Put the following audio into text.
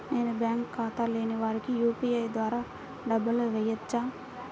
నేను బ్యాంక్ ఖాతా లేని వారికి యూ.పీ.ఐ ద్వారా డబ్బులు వేయచ్చా?